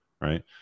Right